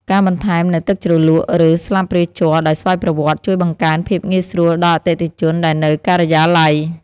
ការបន្ថែមនូវទឹកជ្រលក់ ឬស្លាបព្រាជ័រដោយស្វ័យប្រវត្តិជួយបង្កើនភាពងាយស្រួលដល់អតិថិជនដែលនៅការិយាល័យ។